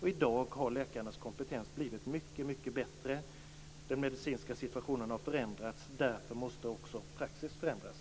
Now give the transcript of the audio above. I dag har läkarnas kompetens blivit mycket bättre. Den medicinska situationen har förändrats. Därför måste också praxis förändras.